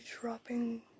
dropping